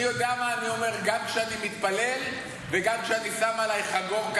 אני יודע מה אני אומר גם כשאני מתפלל וגם כשאני שם עליי חגור,